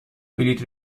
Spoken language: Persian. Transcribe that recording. بلیط